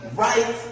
right